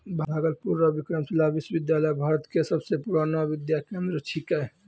भागलपुर रो विक्रमशिला विश्वविद्यालय भारत के सबसे पुरानो विद्या केंद्र छिकै